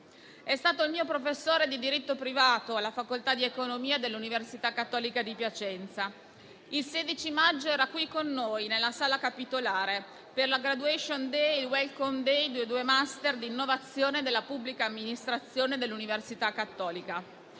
È stato il mio professore di diritto privato alla facoltà di economia dell'Università Cattolica di Piacenza. Il 16 maggio era qui con noi nella Sala capitolare per la *graduation day* e il *welcome day* dei due master di innovazione della pubblica amministrazione dell'Università Cattolica.